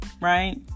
right